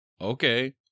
okay